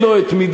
לא עושה כלום.